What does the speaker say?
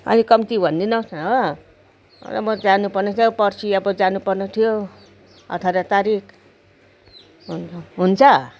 अलिक कम्ती भनिदिनुहोस् न हो म जानु पर्ने थियो पर्सी अब जानु पर्ने थियो अठार तारिक हुन्छ हुन्छ